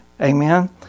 Amen